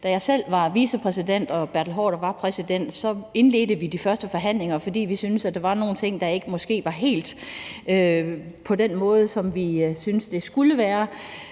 Da jeg selv var vicepræsident og Bertel Haarder var præsident, indledte vi de første forhandlinger, fordi vi syntes, at der var nogle ting, der måske ikke var helt på den måde, som vi syntes det skulle være